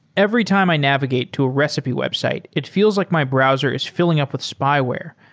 every time i navigate to a recipe website, it feels like my browser is filling up with spyware.